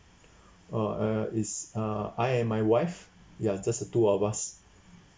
oh err it's uh I and my wife ya just the two of us